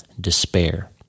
despair